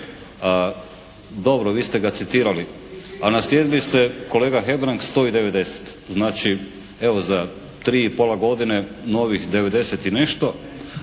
dobro vi ste ga citirali. A naslijedili ste kolega Hebrang 190. Znači evo za 3 i pol godine novih 90 i nešto,